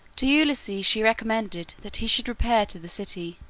to ulysses she recommended that he should repair to the city,